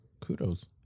kudos